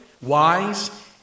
wise